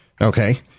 Okay